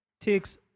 takes